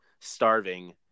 starving